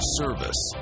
service